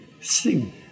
sing